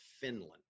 Finland